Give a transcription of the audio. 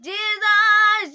Jesus